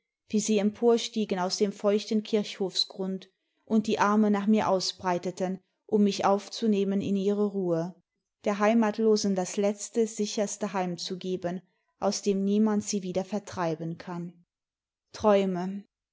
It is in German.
wie sie emporstiegen aus dem feuchten kirchhofsgrund und die arme nach mir ausbreiteten um mich aufzunehmen in ihre ruhe der heimatlosen das letzte sicherste heim zu geben aus dem niemand sie wieder vertreiben kann träimie